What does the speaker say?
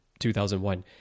2001